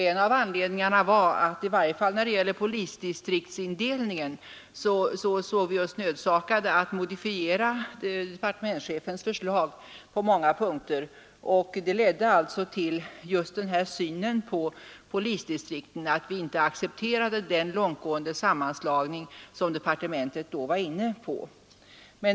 En av anledningarna därtill var att vi, i varje fall när det gällde polisdistriktsindelningen, såg oss nödsakade att modifiera departementschefens förslag på många punkter. Detta ledde till att vi inte accepterade den långtgående sammanslagning som departementet var inne på att göra.